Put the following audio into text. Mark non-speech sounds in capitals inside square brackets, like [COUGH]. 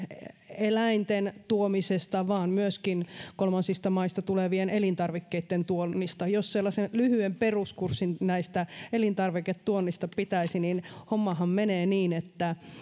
eläinten tuomisesta vaan myöskin kolmansista maista tulevien elintarvikkeitten tuonnista jos sellaisen lyhyen peruskurssin [UNINTELLIGIBLE] [UNINTELLIGIBLE] elintarviketuonnista pitäisi niin hommahan menee niin että [UNINTELLIGIBLE]